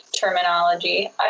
terminology